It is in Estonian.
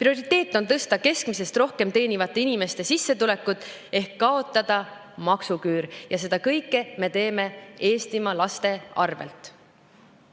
Prioriteet on tõsta keskmisest rohkem teenivate inimeste sissetulekuid ehk kaotada maksuküür, ja seda kõike me teeme Eestimaa laste arvelt. Ma